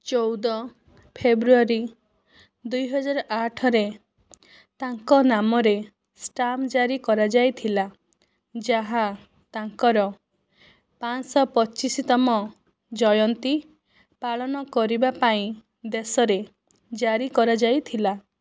ଚଉଦ ଫେବ୍ରୁଆରୀ ଦୁଇ ହଜାର ଆଠରେ ତାଙ୍କ ନାମରେ ଷ୍ଟାମ୍ପ୍ ଜାରି କରାଯାଇଥିଲା ଯାହା ତାଙ୍କର ପାଞ୍ଚଶହ ପଚିଶ ତମ ଜୟନ୍ତୀ ପାଳନ କରିବା ପାଇଁ ଦେଶରେ ଜାରି କରାଯାଇଥିଲା